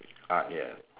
ah ya